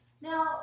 Now